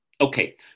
Okay